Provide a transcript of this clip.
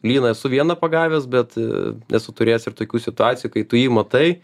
lyną esu vieną pagavęs bet esu turėjęs ir tokių situacijų kai tu jį matai